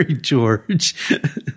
George